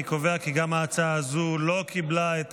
אני קובע כי גם ההצעה הזו לא קיבלה את